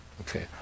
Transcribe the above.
Okay